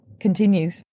continues